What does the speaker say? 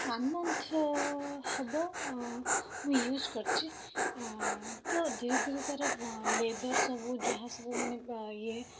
one month ହବ ମୁଁ use କରିଛି ତ ଧୀରେ ଧୀରେ ତା'ର ଲେଦରସ୍ ସବୁ ଯାହା ସବୁ ମାନେ ଇଏ